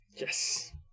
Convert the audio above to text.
Yes